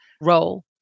role